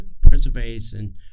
preservation